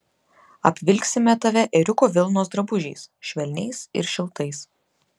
apvilksime tave ėriuko vilnos drabužiais švelniais ir šiltais